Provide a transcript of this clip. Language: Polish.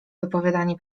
wypowiadanie